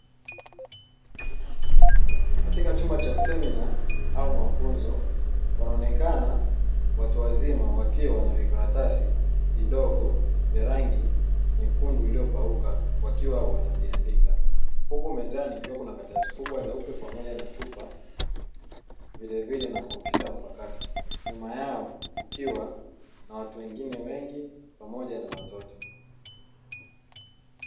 Katika chumba cha semina au mafunzo wanaonekana watu wazima wakiwa na vikaratasi vidogo vya rangi nyekundu iliyopauka wakiwa wanaviandika huku mezani kukiwa na karatasi kubwa leupe pamoja na chupa vilevile na kompyuta mpakato nyuma yao kukiwa na watu wengine wengi pamoja na watoto.